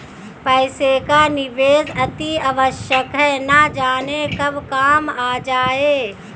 पैसे का निवेश अतिआवश्यक है, न जाने कब काम आ जाए